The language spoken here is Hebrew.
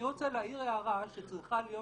אני רוצה להעיר הערה שצריכה להיות